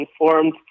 informed